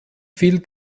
viel